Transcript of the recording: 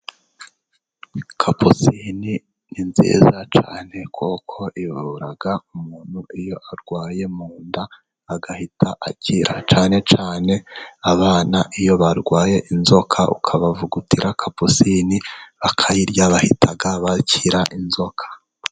Kapusine ni nziza cyane, kuko ivura umuntu iyo arwaye mu nda agahita akira, cyane cyane abana iyo barwaye inzoka, ukabavugutira kapusine bakayirya bahita bakira inzoka.